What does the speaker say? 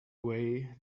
way